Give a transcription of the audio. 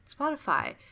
Spotify